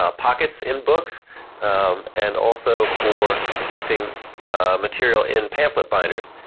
ah pockets in books and also for protecting material in pamphlet binders.